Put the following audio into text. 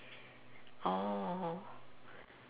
orh